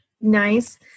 Nice